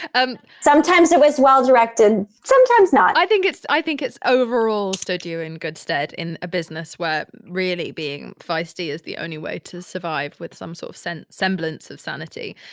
um sometimes it was well directed, sometimes not i think it's, i think it's overall stood you in good stead in a business where really being feisty is the only way to survive with some sort of semblance of sanity.